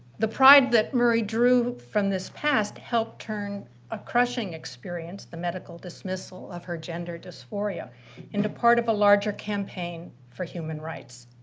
the pride that murray drew from this past helped turn a crushing experience the medical dismissal of her gender dysphoria into part of a larger campaign for human rights.